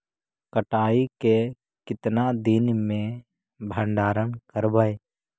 कटाई के कितना दिन मे भंडारन करबय?